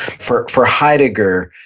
for for heidegger,